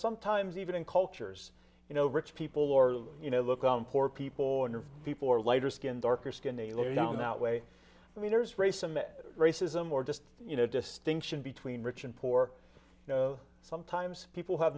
sometimes even in cultures you know rich people or you know look i'm poor people and people are lighter skinned darker skinned they lay down that way meters race and racism or just you know distinction between rich and poor you know sometimes people have